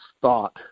thought